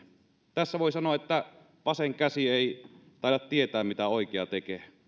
tässä voi sanoa että vasen käsi ei taida tietää mitä oikea tekee